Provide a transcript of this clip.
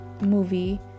movie